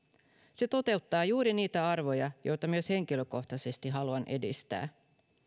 se toteuttaa juuri niitä arvoja joita myös henkilökohtaisesti haluan edistää